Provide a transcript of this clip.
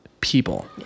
people